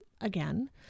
again